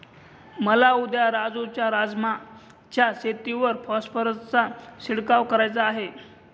मला उद्या राजू च्या राजमा च्या शेतीवर फॉस्फरसचा शिडकाव करायचा आहे